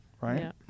right